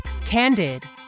Candid